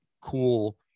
cool